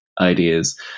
ideas